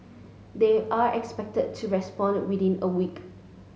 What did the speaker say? they are expected to respond within a week